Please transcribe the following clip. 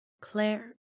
Claire